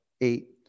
eight